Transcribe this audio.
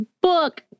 book